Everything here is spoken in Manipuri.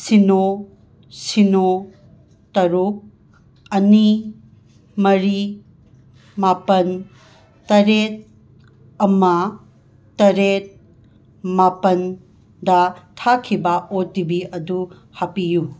ꯁꯤꯅꯣ ꯁꯤꯅꯣ ꯇꯔꯨꯛ ꯑꯅꯤ ꯃꯔꯤ ꯃꯥꯄꯟ ꯇꯔꯦꯠ ꯑꯃ ꯇꯔꯦꯠ ꯃꯥꯄꯟꯗ ꯊꯥꯈꯤꯕ ꯑꯣ ꯇꯤ ꯄꯤ ꯑꯗꯨ ꯍꯥꯞꯄꯤꯌꯨ